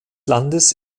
landes